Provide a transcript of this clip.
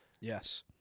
Yes